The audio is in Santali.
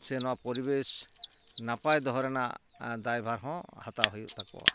ᱥᱮ ᱱᱚᱣᱟᱯᱚᱨᱤᱵᱮᱥ ᱱᱟᱯᱟᱭ ᱫᱚᱦᱚ ᱨᱮᱱᱟᱜ ᱫᱟᱭᱵᱷᱟᱨ ᱦᱚᱸ ᱦᱟᱛᱟᱣ ᱦᱩᱭᱩᱜ ᱛᱟᱠᱚᱣᱟ